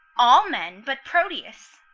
all men but proteus.